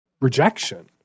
rejection